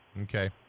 Okay